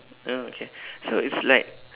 oh okay so it's like